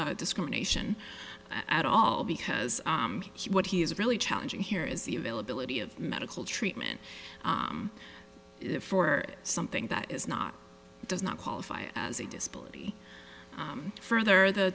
y discrimination at all because what he is really challenging here is the availability of medical treatment for something that is not does not qualify as a disability further